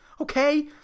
okay